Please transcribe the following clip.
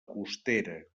costera